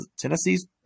Tennessee's